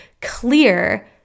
clear